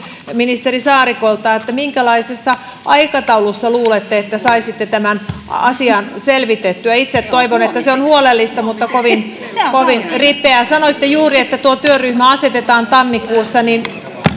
ministeri saarikolta minkälaisessa aikataulussa luulette että saisitte tämän asian selvitettyä itse toivon että se on huolellista mutta kovin kovin ripeää sanoitte juuri että tuo työryhmä asetetaan tammikuussa